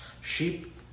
sheep